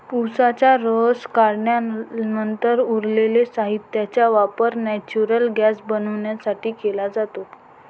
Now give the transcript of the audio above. उसाचा रस काढल्यानंतर उरलेल्या साहित्याचा वापर नेचुरल गैस बनवण्यासाठी केला जातो